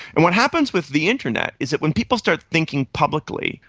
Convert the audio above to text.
and what happens with the internet is that when people start thinking publicly,